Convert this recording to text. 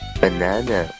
banana